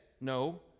No